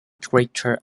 greater